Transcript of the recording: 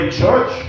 church